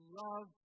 love